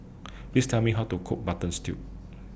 Please Tell Me How to Cook Mutton Stew